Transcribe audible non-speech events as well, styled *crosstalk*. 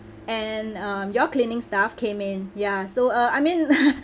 and um your cleaning staff came in ya so uh I mean *laughs*